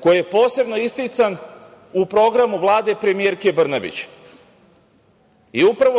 koji je posebno istican u programu Vlade premijerke Brnabić.